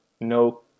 no